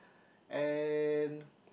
and